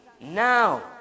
Now